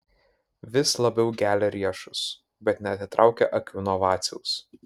vis labiau gelia riešus bet neatitraukia akių nuo vaciaus